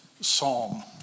psalm